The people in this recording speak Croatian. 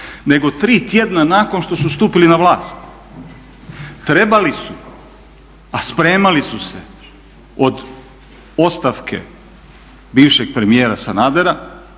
nego tri tjedna nakon što su stupili na vlast. Trebali su, a spremali su se, od ostavke bivšeg premijera Sanadera